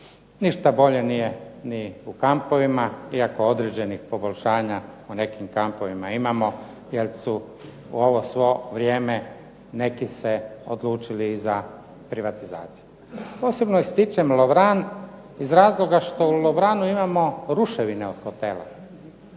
Ništa bolje nije ni u kampovima, iako određenih poboljšanja u nekim kampovima imamo jer su u ovo svo vrijeme neki se odlučili za privatizaciju. Posebno ističem Lovran iz razloga što u Lovranu imamo ruševine od hotela,